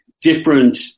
different